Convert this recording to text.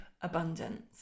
abundance